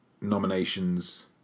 nominations